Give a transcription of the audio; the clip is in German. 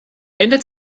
ändert